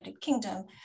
Kingdom